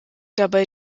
dabei